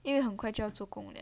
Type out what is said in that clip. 因为很快就要做工了